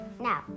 Now